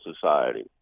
society